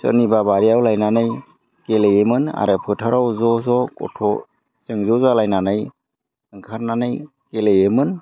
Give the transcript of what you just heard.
सोरनिबा बारियाव लायनानै गेलेयोमोन आरो फोथाराव ज' ज' गथ' जों ज' जालायनानै ओंखारनानै गेलेयोमोन